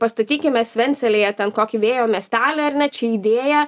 pastatykime svencelėje ten kokį vėjo miestelį ar ne čia idėja